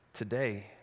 Today